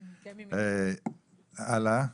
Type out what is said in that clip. הלאה.